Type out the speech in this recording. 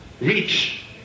reach